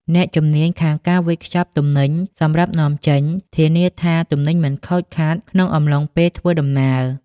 អ្នកជំនាញខាងការវេចខ្ចប់ទំនិញសម្រាប់នាំចេញ ធានាថាទំនិញមិនខូចខាតក្នុងអំឡុងពេលធ្វើដំណើរ។